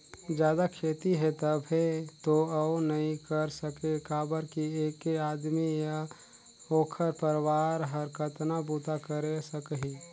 जादा खेती हे तभे तो अउ नइ कर सके काबर कि ऐके आदमी य ओखर परवार हर कतना बूता करे सकही